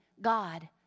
God